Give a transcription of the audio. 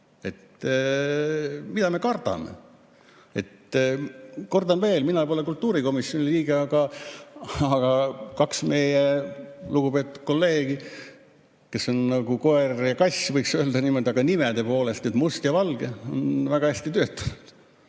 Mida me kardame? Kordan veel, mina ei ole kultuurikomisjoni liige, aga kaks meie lugupeetud kolleegi, kes on nagu koer ja kass, võiks öelda, nimede poolest – Must ja Valge –, on väga hästi töötanud.